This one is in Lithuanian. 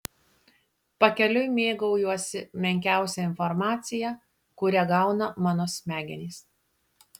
pakeliui mėgaujuosi menkiausia informacija kurią gauna mano smegenys